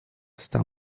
stał